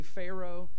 Pharaoh